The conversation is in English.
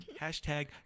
Hashtag